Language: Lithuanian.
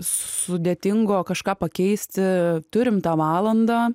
sudėtingo kažką pakeisti turim tą valandą